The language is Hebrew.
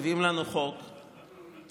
מביאים לנו חוק ששוב,